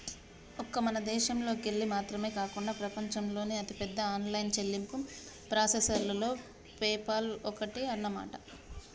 ఒక్క మన దేశంలోకెళ్ళి మాత్రమే కాకుండా ప్రపంచంలోని అతిపెద్ద ఆన్లైన్ చెల్లింపు ప్రాసెసర్లలో పేపాల్ ఒక్కటి అన్నమాట